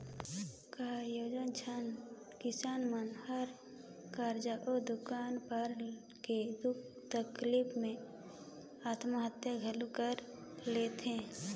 कयोझन किसान मन हर करजा अउ दुकाल परे के दुख तकलीप मे आत्महत्या घलो कइर लेथे